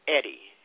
Eddie